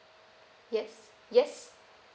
yes yes